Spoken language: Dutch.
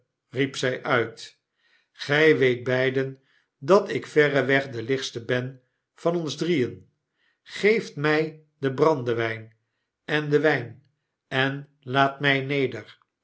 riep zy uit w gij weet beiden dat ik verreweg de lichtste ben van ons drieen geeft my den brandewijn en den wyn en laat my neder